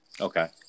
Okay